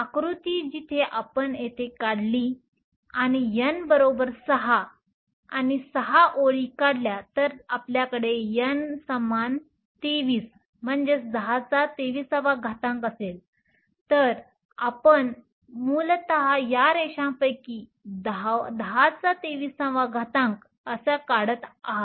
आकृती जिथे आपण येथे काढली आणि N बरोबर 6 आणि 6 ओळी काढल्या जर तुमच्याकडे N समान 23 1023 असेल तर तुम्ही मूलतः या रेषांपैकी 1023 काढत आहात